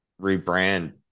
rebrand